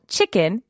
Chicken